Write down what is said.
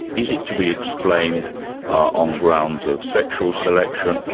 is it to be explained on grounds of sexual selection,